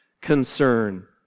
concern